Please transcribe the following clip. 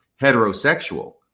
heterosexual